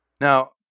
Now